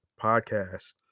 Podcast